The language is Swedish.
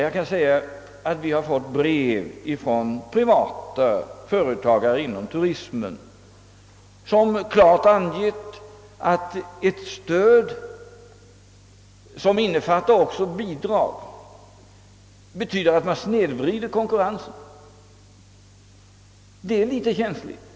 Jag kan nämna att vi fått brev från privata företagare inom turistnäringen som klart angivit att ett stöd, vilket innefattar också bidrag, betyder att konkurrensen snedvrids. Frågan är alltså känslig.